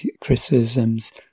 criticisms